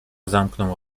zamknął